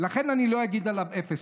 לכן אני לא אגיד עליו אפס,